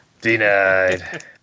Denied